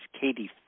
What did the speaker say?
Katie